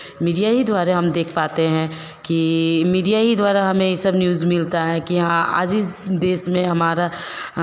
media ही द्वारा हम देख पाते हैं कि मीडिया ही द्वारा हमें ये सब न्यूज़ मिलता है कि हाँ आज इस देश में हमारा